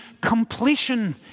completion